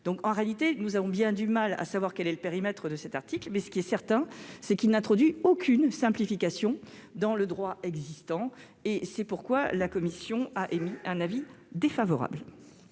En réalité, nous avons bien du mal à connaître le périmètre de cet article. En revanche, ce qui est certain, c'est qu'il n'introduit aucune simplification dans le droit existant. C'est pourquoi la commission émet un avis défavorable